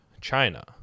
China